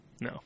No